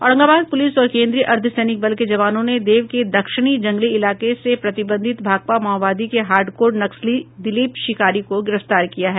Aurangabad police और केन्द्रीय अर्द्व सैनिक बल के जवानों ने देव के दक्षिणी जंगली इलाके से प्रतिबंधित भाकपा माओवादी के हार्डकोर नक्सली दिलीप शिकारी को गिरफ्तार किया है